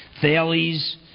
Thales